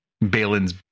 Balin's